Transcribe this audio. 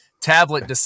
tablet